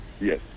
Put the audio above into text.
Yes